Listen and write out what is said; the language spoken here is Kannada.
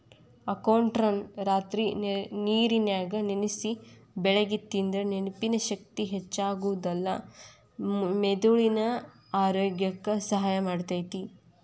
ಅಖ್ರೋಟನ್ನ ರಾತ್ರಿ ನೇರನ್ಯಾಗ ನೆನಸಿ ಬೆಳಿಗ್ಗೆ ತಿಂದ್ರ ನೆನಪಿನ ಶಕ್ತಿ ಹೆಚ್ಚಾಗೋದಲ್ದ ಮೆದುಳಿನ ಆರೋಗ್ಯಕ್ಕ ಸಹಾಯ ಮಾಡ್ತೇತಿ